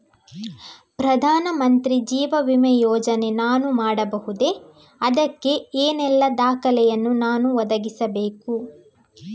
ಪ್ರಧಾನ ಮಂತ್ರಿ ಜೀವ ವಿಮೆ ಯೋಜನೆ ನಾನು ಮಾಡಬಹುದೇ, ಅದಕ್ಕೆ ಏನೆಲ್ಲ ದಾಖಲೆ ಯನ್ನು ನಾನು ಒದಗಿಸಬೇಕು?